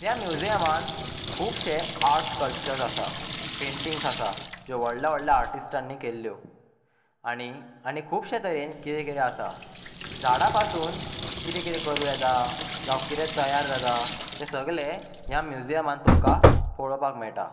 त्या म्युजीयमान खुबशें आर्ट्स स्कल्पचर्स आसात पेंन्टिग्स आसात जे व्हडल्या व्हडल्या आर्टीस्टांनी केल्ल्यो आनी आनी खुबशें तरेन कितें कितें आसा झाडा पासून कितें कितें करूं येता जावं कितें तयार जाता तें सगलें ह्या म्युजीयमान तुमकां पळोवपाक मेळटा